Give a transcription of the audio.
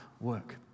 work